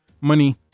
money